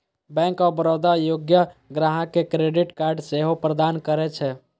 bank of Baroda योग्य ग्राहक कें क्रेडिट कार्ड सेहो प्रदान करै छै